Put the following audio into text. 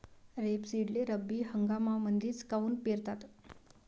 रेपसीडले रब्बी हंगामामंदीच काऊन पेरतात?